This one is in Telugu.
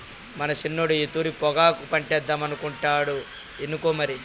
మన సిన్నోడు ఈ తూరి పొగాకు పంటేద్దామనుకుంటాండు ఇనుకో మరి